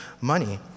money